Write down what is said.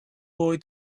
boy